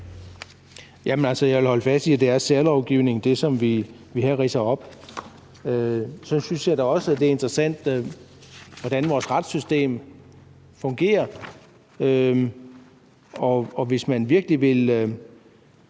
Rasmussen (EL): Jeg vil holde fast i, at det, som vi her ridser op, er særlovgivning. Så synes jeg da også, at det er interessant, hvordan vores retssystem fungerer, og hvis man virkelig ville